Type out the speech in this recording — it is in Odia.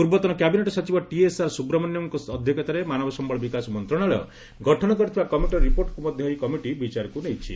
ପୂର୍ବତନ କ୍ୟାବିନେଟ୍ ସଚିବ ଟିଏସ୍ଆର୍ ସୁବ୍ରମଣ୍ୟମ୍ଙ୍କ ଅଧ୍ୟକ୍ଷତାରେ ମାନବ ସମ୍ଭଳ ବିକାଶ ମନ୍ତ୍ରଣାଳୟ ଗଠନ କରିଥିବା କମିଟିର ରିପୋର୍ଟକୁ ମଧ୍ୟ ଏହି କମିଟି ବିଚାରକୁ ନେଇଛି